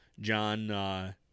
John